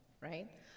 right